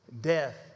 death